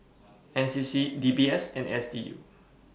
NCC DBS and SDU